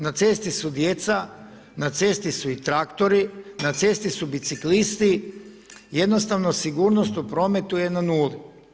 Na cesti su djeca, na cesti su i traktori, na cesti u biciklisti, jednostavno sigurnost u prometu je na nuli.